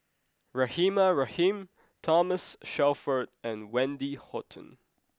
Rahimah Rahim Thomas Shelford and Wendy Hutton